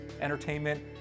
entertainment